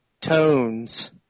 tones